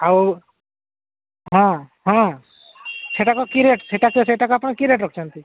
ଆଉ ହଁ ହଁ ସେଟାକୁ କି ରେଟ୍ ସେଇଟାକୁ ସେଇଟାକୁ ଆପଣ କି ରେଟ୍ ରଖିଛନ୍ତି